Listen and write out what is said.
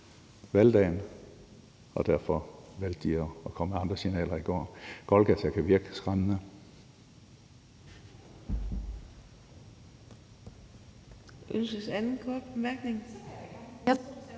valgdagen – og derfor valgte de at komme med andre signaler i går. Golgata kan virke lidt skræmmende.